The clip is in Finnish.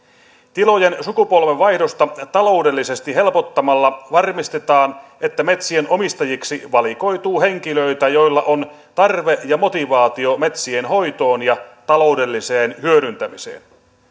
tilojen sukupolvenvaihdosta taloudellisesti helpottamalla varmistetaan että metsien omistajiksi valikoituu henkilöitä joilla on tarve ja motivaatio metsien hoitoon ja taloudelliseen hyödyntämiseen